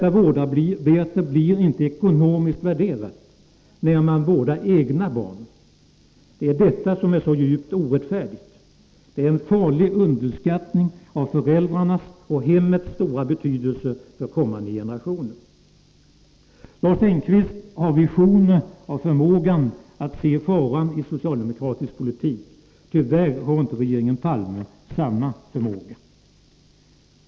Arbetet blir inte ekonomiskt värderat när föräldrar själva vårdar sina barn. Detta är djupt orättfärdigt. Det är en farlig underskattning av föräldrarnas och hemmets stora betydelse för kommande generationer. Lars Engqvist har visionerna och förmågan att se faran i socialdemokraternas politik. Tyvärr har inte regeringen Palme samma förmåga.